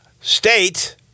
State